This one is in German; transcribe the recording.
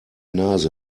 nase